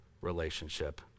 relationship